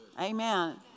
Amen